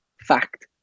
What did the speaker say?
Fact